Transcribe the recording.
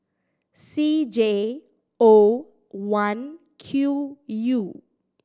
C J O one Q U